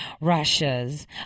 Russia's